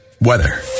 weather